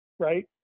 Right